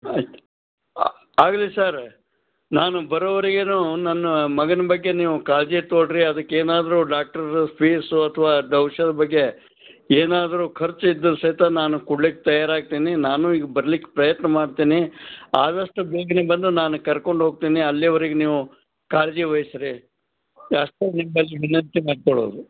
ಆಯ್ತು ಆಗ್ಲಿ ಸರ್ ನಾನು ಬರೋವರೆಗೂ ನನ್ನ ಮಗನ ಬಗ್ಗೆ ನೀವು ಕಾಳಜಿ ತೊಗೊಳ್ರಿ ಅದಕ್ಕೆ ಏನಾದರೂ ಡಾಕ್ಟ್ರದ್ದು ಫೀಸು ಅಥವಾ ಔಷಧಿ ಬಗ್ಗೆ ಏನಾದರೂ ಖರ್ಚು ಇದ್ರೆ ಸಹಿತ ನಾನು ಕೊಡ್ಲಿಕ್ಕೆ ತಯಾರು ಆಗ್ತೀನಿ ನಾನೂ ಈಗ ಬರ್ಲಿಕ್ಕೆ ಪ್ರಯತ್ನ ಮಾಡ್ತೇನೆ ಆದಷ್ಟು ಬೇಗನೇ ಬಂದು ನಾನು ಕರ್ಕೊಂಡು ಹೋಗ್ತೀನಿ ಅಲ್ಲಿವರೆಗೆ ನೀವು ಕಾಳಜಿ ವಹಿಸ್ರೀ ಅಷ್ಟೇ ನಿಮ್ಮಲ್ಲಿ ವಿನಂತಿ ಮಾಡಿಕೊಳ್ಳೋದು